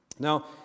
Now